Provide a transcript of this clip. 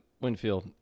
Winfield